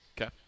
Okay